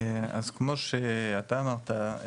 אז כמו שאתה אמרת,